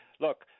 Look